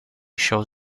shows